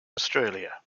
australia